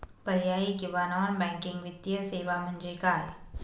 पर्यायी किंवा non banking वित्तीय सेवा म्हणजे काय?